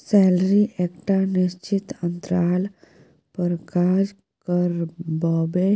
salary एकटा निश्चित अंतराल पर काज करबाबै